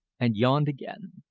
and yawned again.